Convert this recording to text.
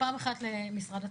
ואחד למשרד התחבורה.